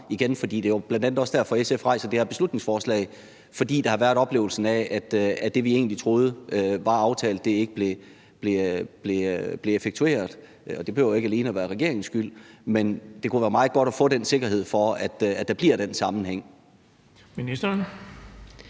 igen. Det er jo bl.a. også derfor, at SF fremsætter det her beslutningsforslag, altså fordi der har været en oplevelse af, at det, vi egentlig troede var aftalt, ikke blev effektueret. Det behøver ikke alene at være regeringens skyld, men det kunne jo være meget godt at få den sikkerhed for, at der bliver den sammenhæng. Kl.